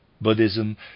Buddhism